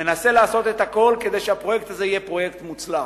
מנסה לעשות הכול כדי שהפרויקט הזה יהיה פרויקט מוצלח.